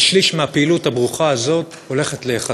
ושליש מהפעילות הברוכה הזאת הולכת להיחתך.